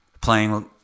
playing